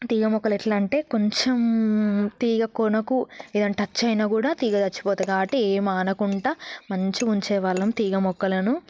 తీగ మొక్కలు ఎలా అంటే కొంచెం తీగ కొనకు ఏదైనా టచ్ అయినా కూడా తీగ చనిపోతుంది కాబట్టి ఏమీ ఆనకుండా మంచిగా ఉంచేవాళ్ళము తీగ మొక్కలను